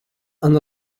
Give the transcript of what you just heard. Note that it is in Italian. hanno